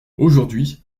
aujourd’hui